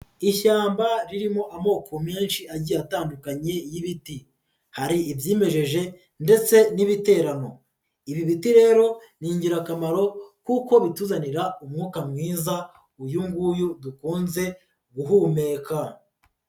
Ishyamba ririmo amoko menshi agiye atandukanye y'ibiti, hari ibyimejeje ndetse n'ibiterano, ibi biti rero ni ingirakamaro kuko bituzanira umwuka mwiza, uyu nguyu dukunze guhumeka.